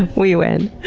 we win!